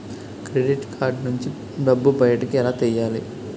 Credit card నుంచి డబ్బు బయటకు ఎలా తెయ్యలి?